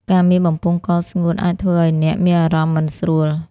ការមានបំពង់កស្ងួតអាចធ្វើឱ្យអ្នកមានអារម្មណ៍មិនស្រួល។